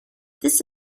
this